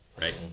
Right